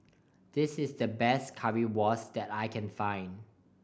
this is the best Currywurst that I can find